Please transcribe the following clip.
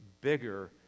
bigger